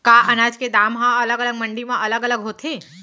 का अनाज के दाम हा अलग अलग मंडी म अलग अलग होथे?